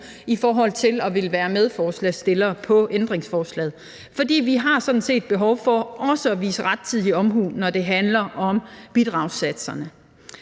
i forhold til at ville være medforslagsstillere på ændringsforslaget. For vi har sådan set behov for også at vise rettidig omhu, når det handler om bidragssatserne.